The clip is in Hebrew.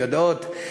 יודעות,